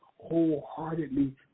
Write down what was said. wholeheartedly